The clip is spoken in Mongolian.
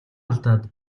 алдаад